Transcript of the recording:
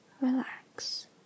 relax